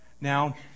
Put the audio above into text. Now